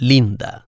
Linda